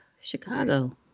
chicago